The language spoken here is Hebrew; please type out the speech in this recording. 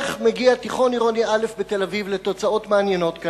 איך מגיע תיכון עירוני א' בתל-אביב לתוצאות מעניינות כאלה?